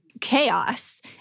chaos